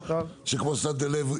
שכמו ששמתם לב,